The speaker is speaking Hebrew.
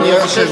אני אבקש,